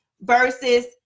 Versus